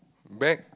back